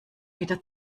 wieder